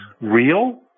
real